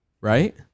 Right